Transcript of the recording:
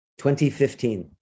2015